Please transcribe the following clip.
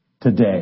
today